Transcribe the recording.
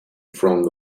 front